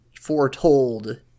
foretold